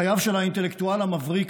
חייו של האינטלקטואל המבריק,